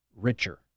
richer